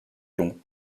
lon